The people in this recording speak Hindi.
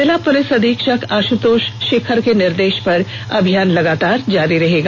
जिला पुलिस अधीक्षक आश्तोष शेखर के निर्देश पर अभियान लगातार जारी रहेगा